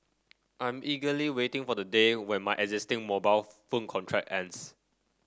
I'm eagerly waiting for the day when my existing mobile phone contract ends